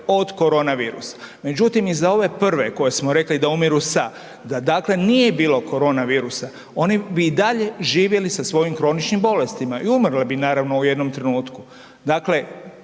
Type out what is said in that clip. „od“ koronavirusa. Međutim, i za ove prve koji smo rekli da umiru „sa“ da dakle nije bilo koronavirusa oni bi i dalje živjeli sa svojim kroničnim bolestima i umrli bi naravno u jednom trenutku. Dakle,